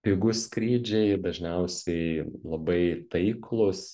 pigūs skrydžiai dažniausiai labai taiklūs